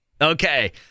Okay